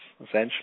essentially